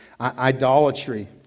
Idolatry